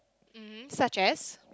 mmhmm such as